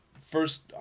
first